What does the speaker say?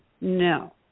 No